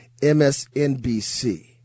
MSNBC